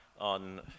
on